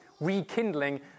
rekindling